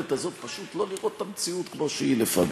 היכולת הזאת פשוט לא לראות את המציאות כמו שהיא לפעמים,